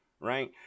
right